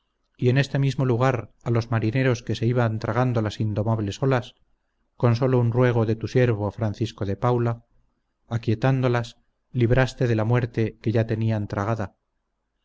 y en este mismo lugar a los marineros que se iban tragando las indomables olas con solo un ruego de tu siervo francisco de paula aquietándolas libraste de la muerte que ya tenían